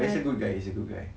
uh he's a good guy he's a good guy